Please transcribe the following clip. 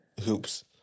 hoops